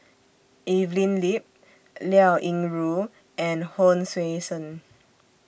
Evelyn Lip Liao Yingru and Hon Sui Sen